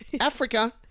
Africa